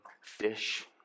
fish